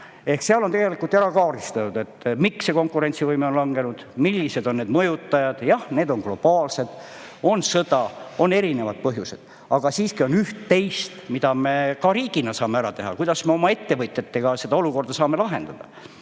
kohe. Seal on ära kaardistatud, miks konkurentsivõime on langenud, millised on need mõjutajad. Jah, need on globaalsed, on sõda, on erinevad põhjused, aga siiski on üht-teist, mida me riigina saame ära teha, kuidas me oma ettevõtjatega seda olukorda saame lahendada.